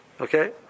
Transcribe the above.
Okay